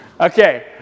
Okay